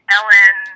Ellen